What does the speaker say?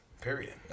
period